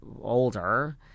older